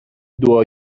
دعا